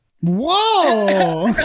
Whoa